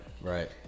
Right